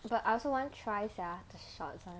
but I also want try sia the shots [one]